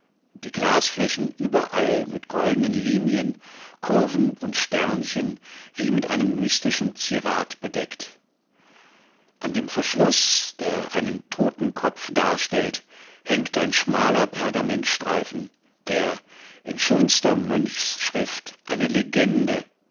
die glasflächen überall mit goldenen linien kurven und sternchen wie mit einem mystischen zierat bedeckt an dem verschluß der einen totenkopf darstellt hängt ein schmaler pergamentstreifen der in schönster mönchsschrift eine legende